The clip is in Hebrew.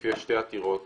יש שתי עתירות